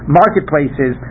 marketplaces